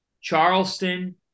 Charleston